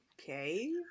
okay